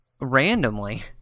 randomly